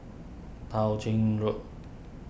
Tao Ching Road